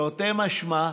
תרתי משמע,